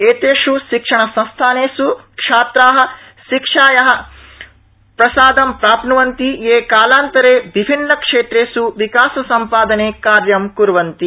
एतेष् शिक्षणसंस्थानेष् छात्रा शिक्षाया प्रसाद प्राप्नुवन्ति ये कालान्तरे विभिन्नक्षेत्रेष् विकाससम्पादने कार्य कुर्वन्ति